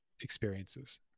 experiences